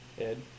Ed